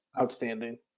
outstanding